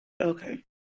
Okay